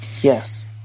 Yes